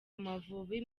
amavubi